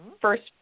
first